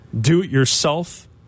do-it-yourself